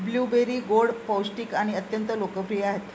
blueberry गोड, पौष्टिक आणि अत्यंत लोकप्रिय आहेत